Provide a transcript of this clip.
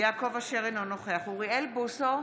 יעקב אשר, אינו נוכח אוריאל בוסו,